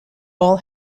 all